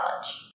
College